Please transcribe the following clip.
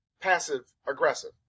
passive-aggressive